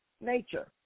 nature